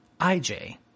IJ